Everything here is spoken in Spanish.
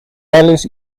gales